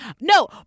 No